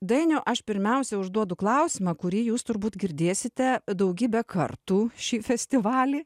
dainiau aš pirmiausia užduodu klausimą kurį jūs turbūt girdėsite daugybę kartų šį festivalį